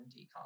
decom